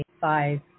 five